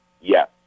Yes